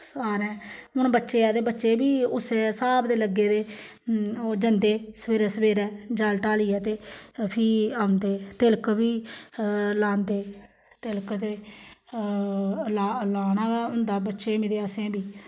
सारें हून बच्चे ऐ ते बच्चे बी उस्सै स्हाब दे लग्गे दे ओह् जंदे सवेरै सवेरै जल ढालियै ते फ्ही औंदे तिलक बी लांदे तिलक ते ला लाना गै होंदा बच्चें बी ते असें बी